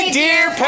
dear